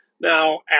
Now